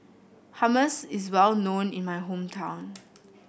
hummus is well known in my hometown